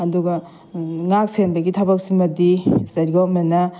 ꯑꯗꯨꯒ ꯉꯥꯛ ꯁꯦꯟꯕꯒꯤ ꯊꯕꯛꯁꯤꯃꯗꯤ ꯏꯁꯇꯦꯠ ꯒꯣꯕꯔꯟꯃꯦꯟꯅ